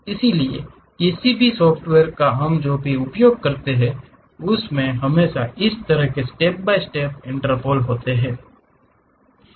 इसलिए किसी भी सॉफ्टवेयर का हम जो भी उपयोग करते हैं उसमें हमेशा इस तरह के स्टेप बाय स्टेप इंटरपोल होते हैं